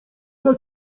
dla